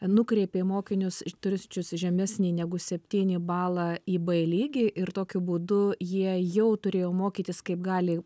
nukreipė mokinius turisčius žemesnį negu septyni balą į b lygį ir tokiu būdu jie jau turėjo mokytis kaip gali